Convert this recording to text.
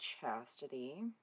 chastity